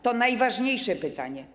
To najważniejsze pytanie.